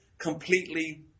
completely